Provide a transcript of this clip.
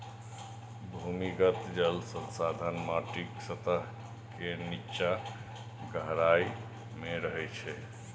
भूमिगत जल संसाधन माटिक सतह के निच्चा गहराइ मे रहै छै